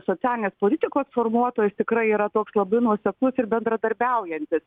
socialinės politikos formuotojais tikrai yra toks labai nuoseklus ir bendradarbiaujantis